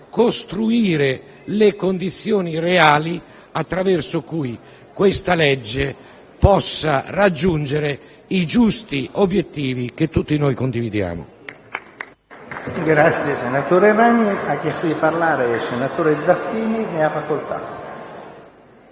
costruire le condizioni reali attraverso cui il disegno di legge possa raggiungere i giusti obiettivi che tutti noi condividiamo.